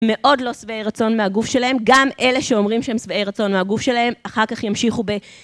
מאוד לא שבעי רצון מהגוף שלהם, גם אלה שאומרים שהם שבעי רצון מהגוף שלהם אחר כך ימשיכו ב...